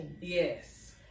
Yes